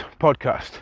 podcast